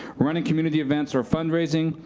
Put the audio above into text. running community events or fundraising.